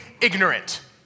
ignorant